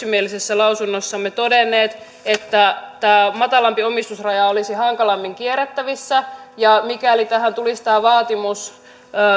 perusteella yksimielisessä lausunnossamme todenneet että tämä matalampi omistusraja olisi hankalammin kierrettävissä ja mikäli tähän tulisi tämä vaatimus